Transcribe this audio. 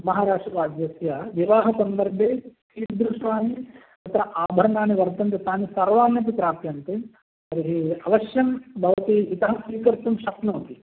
महाराष्ट्रराज्यस्य विवाहसन्दर्भे कीदृशानि तत्र आभरणानि वर्तन्ते तानि सर्वाण्यपि प्राप्यन्ते तर्हि अवश्यं भवती इतः स्वीकर्तुं शक्नोति